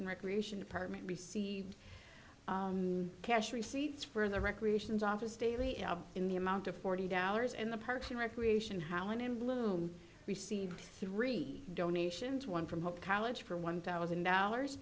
and recreation department received cash receipts for the recreations office daily in the amount of forty dollars in the parks and recreation howland in bloom received three donations one from hope college for one thousand dollars